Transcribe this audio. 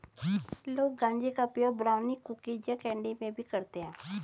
लोग गांजे का उपयोग ब्राउनी, कुकीज़ या कैंडी में भी करते है